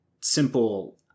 simple